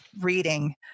reading